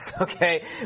Okay